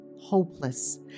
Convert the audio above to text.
hopeless